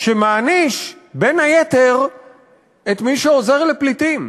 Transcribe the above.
שמעניש בין היתר את מי שעוזר לפליטים?